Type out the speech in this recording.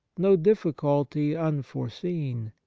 no difficulty unforeseen.